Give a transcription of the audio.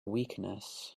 weakness